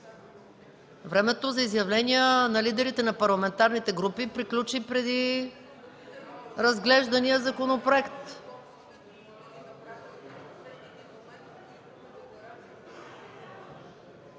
Времето за изявления на лидерите на парламентарни групи приключи преди разглеждания законопроект.